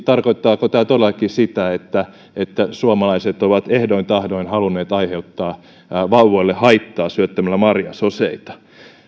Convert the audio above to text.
tarkoittaako tämä todellakin sitä että että suomalaiset ovat ehdoin tahdoin halunneet aiheuttaa vauvoille haittaa syöttämällä marjasoseita